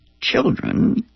children